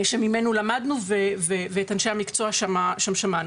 שממנו אנחנו למדנו ואת אנשי המקצוע שם שמענו.